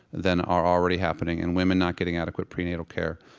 than are already happening and women not getting adequate prenatal care.